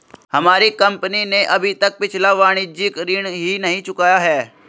हमारी कंपनी ने अभी तक पिछला वाणिज्यिक ऋण ही नहीं चुकाया है